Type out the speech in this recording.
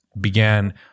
began